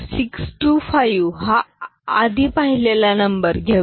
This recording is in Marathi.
625 हा आधी पाहिलेला नंबर घेऊया